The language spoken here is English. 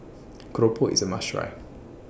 Keropok IS A must Try